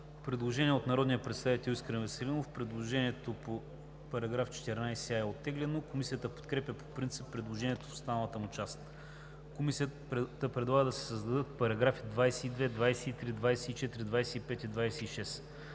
Предложение от народния представител Искрен Веселинов. Предложението по § 14а е оттеглено. Комисията подкрепя по принцип предложението в останалата му част. Комисията предлага да се създадат параграфи 22, 23, 24, 25 и 26: